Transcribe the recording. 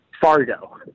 fargo